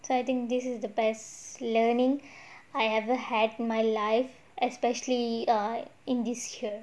so I think this is the best learning I ever had in my life especially err in this year